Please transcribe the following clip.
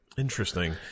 Interesting